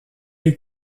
est